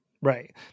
Right